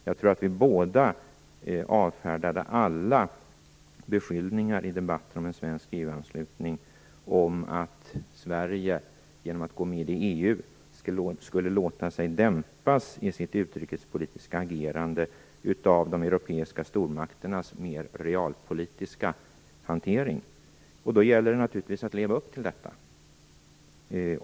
Jag tror att vi båda avfärdade alla beskyllningar i debatten om en svensk EU-anslutning att Sverige genom att gå med i EU skulle låta sig dämpas i sitt utrikespolitiska agerande av de europeiska stormakternas mer realpolitiska hantering. Och då gäller det naturligtvis att leva upp till detta.